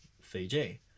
Fiji